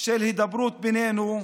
של הידברות בינינו,